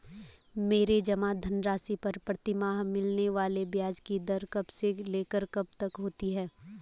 मेरे जमा धन राशि पर प्रतिमाह मिलने वाले ब्याज की दर कब से लेकर कब तक होती है?